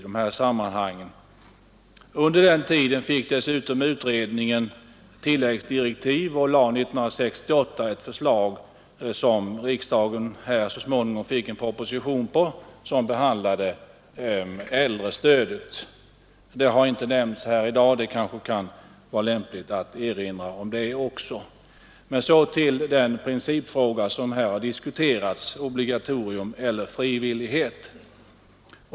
Utredningen fick dessutom tilläggsdirektiv och framlade 1968 ett förslag som riksdagen senare fick en proposition på. Denna behandlade äldrestödet. Detta har inte nämnts här i dag, men det kanske kan vara lämpligt att även erinra om detta. Jag går sedan över till den principfråga som här diskuterats, obligatorium eller frivillighet.